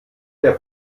der